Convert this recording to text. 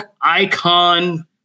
icon